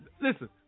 listen